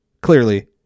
clearly